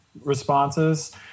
responses